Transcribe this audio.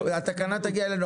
התקנה תגיע אלינו.